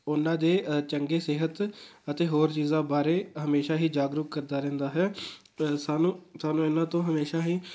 ਉਹਨਾਂ ਦੇ ਚੰਗੀ ਸਿਹਤ ਅਤੇ ਹੋਰ ਚੀਜ਼ਾਂ ਬਾਰੇ ਹਮੇਸ਼ਾ ਹੀ ਜਾਗਰੂਕ ਕਰਦਾ ਰਹਿੰਦਾ ਹੈ ਸਾਨੂੰ ਤੁਹਾਨੂੰ ਇਹਨਾਂ ਤੋਂ ਹਮੇਸ਼ਾ ਹੀ